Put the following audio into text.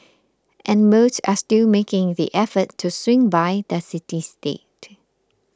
and most are still making the effort to swing by the city state